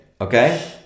okay